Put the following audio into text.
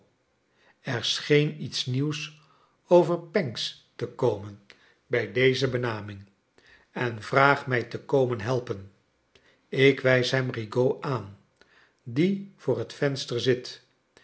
er scheen iets nieuws over pancks te komen bij deze benaming en vraag mij te komen helpen ik wijs hem rigaud aan die voor bet venster zit